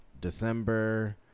December